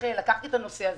לקחתי את הנושא הזה.